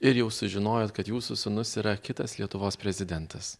ir jau sužinojot kad jūsų sūnus yra kitas lietuvos prezidentas